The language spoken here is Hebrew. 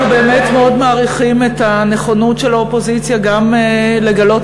אנחנו באמת מאוד מעריכים את הנכונות של האופוזיציה גם לגלות